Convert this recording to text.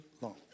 long